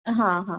हां हां